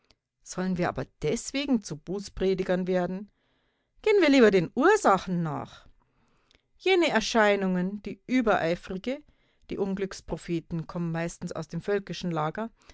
sollen wir aber deswegen zu bußpredigern werden gehen wir lieber den ursachen nach jene erscheinungen die übereifrige die unglückspropheten kommen meistens aus dem völkischen lager